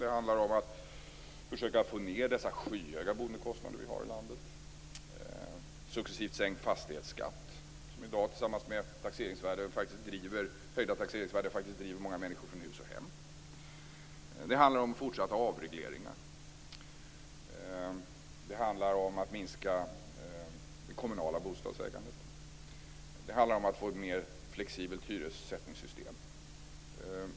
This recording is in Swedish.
Det handlar om att försöka få ned de skyhöga boendekostnader som vi har i landet och en successiv sänkning av fastighetsskatten, som i dag tillsammans med höjda taxeringsvärden faktiskt driver många människor från hus och hem. Det handlar om fortsatta avregleringar. Det handlar om att minska det kommunala bostadsägandet. Det handlar om att få ett mer flexibelt hyressättningssystem.